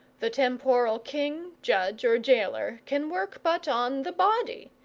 the temporal king, judge, or gaoler, can work but on the body.